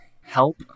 help